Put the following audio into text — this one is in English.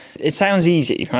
it sounds easy,